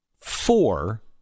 four